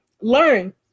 learn